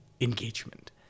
engagement